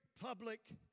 public